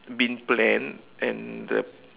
been planned and the